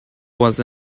was